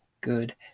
good